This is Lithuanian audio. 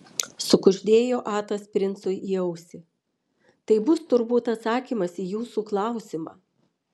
sukuždėjo atas princui į ausį tai bus turbūt atsakymas į jūsų klausimą